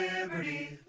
liberty